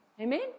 Amen